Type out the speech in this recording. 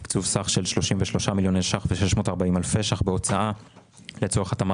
תקצוב סך של 33,640,000 ₪ בהוצאה לצורך התאמת